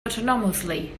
autonomously